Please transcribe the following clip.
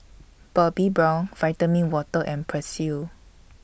Bobbi Brown Vitamin Water and Persil